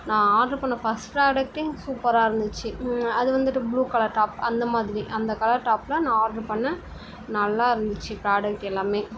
நான் ஆர்டர் பண்ண ஃபர்ஸ்ட் ப்ராடக்ட்டே சூப்பராக இருந்துச்சு அது வந்துவிட்டு ப்ளூ கலர் டாப் அந்தமாதிரி அந்த கலர் டாப் தான் நான் ஆர்டர் பண்ணேன் நல்லா இருந்துச்சு ப்ராடக்ட்டு எல்லாமே